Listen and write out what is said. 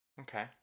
Okay